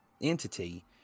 entity